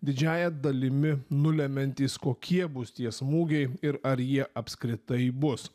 didžiąja dalimi nulemiantys kokie bus tie smūgiai ir ar jie apskritai bus